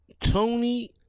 Tony